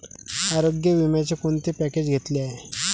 आरोग्य विम्याचे कोणते पॅकेज घेतले आहे?